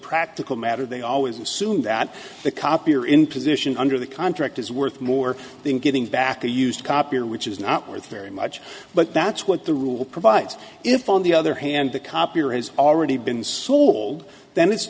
practical matter they always assume that the copier in position under the contract is worth more than giving back a used copy or which is not worth very much but that's what the rule provides if on the other hand the copier has already been sold then it's